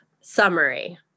summary